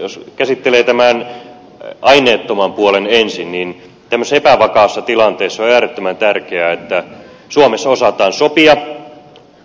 jos käsittelee tämän aineettoman puolen ensin niin tämmöisessä epävakaassa tilanteessa on äärettömän tärkeää että suomessa osataan sopia